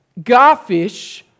Garfish